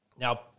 Now